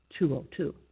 202